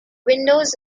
windows